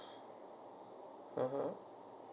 (uh huh)